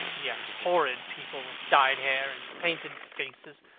yes, horrid people with dyed hair and painted faces.